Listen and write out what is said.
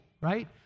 right